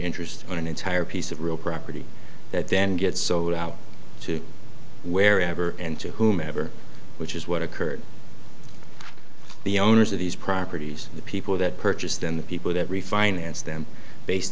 interest on an entire piece of real property that then gets sold out to wherever and to whomever which is what occurred the owners of these properties the people that purchased them the people that refinance them based